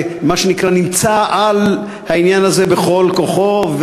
מה שנקרא נמצא על העניין הזה בכל כוחו,